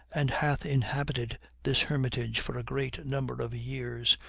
and hath inhabited this hermitage for a great number of years,